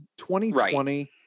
2020